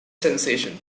sensation